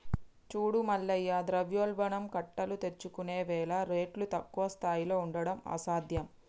చూడు మల్లయ్య ద్రవ్యోల్బణం కట్టలు తెంచుకున్నవేల రేట్లు తక్కువ స్థాయిలో ఉండడం అసాధ్యం